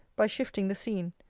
by shifting the scene.